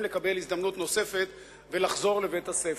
לקבל הזדמנות נוספת ולחזור לבית-הספר.